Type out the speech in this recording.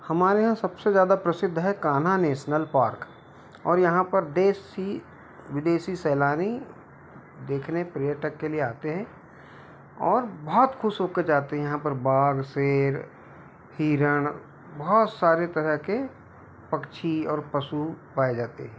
हमारे यहाँ सब से ज़्यादा प्रसिद्ध है कान्हा नेसनल पार्क और यहाँ पर देशी विदेशी सैलानी देखने पर्यटक के लिए आते हैं और बहुत ख़ुश हो कर जाते हैं यहाँ पर बाघ शेर हिरण बहुत सारे तरह के पक्षी पशु पाए जाते हैं